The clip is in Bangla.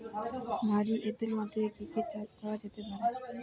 ভারী এঁটেল মাটিতে কি কি চাষ করা যেতে পারে?